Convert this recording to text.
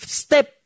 step